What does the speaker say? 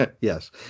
Yes